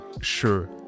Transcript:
sure